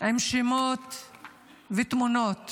עם שמות ותמונות,